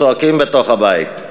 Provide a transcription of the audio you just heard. צועקים בתוך הבית.